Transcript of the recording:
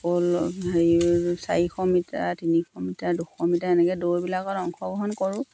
অকল হেৰি চাৰিশ মিটাৰ তিনিশ মিটাৰ দুশ মিটাৰ এনেকৈ দৌৰবিলাকত অংশগ্ৰহণ কৰোঁ